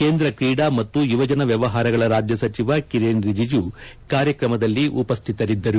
ಕೇಂದ್ರ ಕ್ರೀಡಾ ಮತ್ತು ಯುವಜನ ವ್ಯವಹಾರಗಳ ರಾಜ್ಯ ಸಚಿವ ಕಿರೆನ್ ರಿಜಿಜು ಕಾರ್ಯಕ್ರಮದಲ್ಲಿ ಉಪಸ್ವಿತರಿದ್ದರು